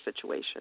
situation